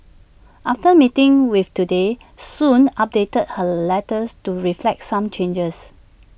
after meeting with Today Soon updated her letters to reflect some changes